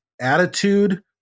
attitude